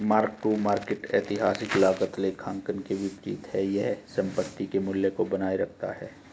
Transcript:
mark to market ऐतिहासिक लागत लेखांकन के विपरीत है यह संपत्ति के मूल्य को बनाए रखता है